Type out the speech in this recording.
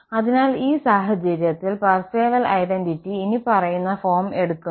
അതിനാൽ ഈ സാഹചര്യത്തിൽ പാർസെവൽ ഐഡന്റിറ്റി ഇനിപ്പറയുന്ന ഫോം എടുക്കുന്നു